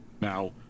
Now